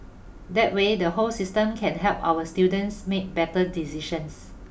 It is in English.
that way the whole system can help our students make better decisions